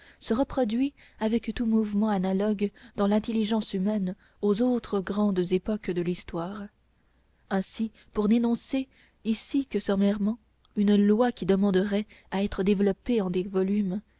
se reproduit avec tout mouvement analogue dans l'intelligence humaine aux autres grandes époques de l'histoire ainsi pour n'énoncer ici que sommairement une loi qui demanderait à être développée en des volumes